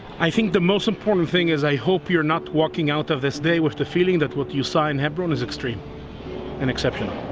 i think the most important thing is, i hope you are not walking out of this day with the feeling that what you saw in hebron is extreme and exceptional.